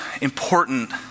important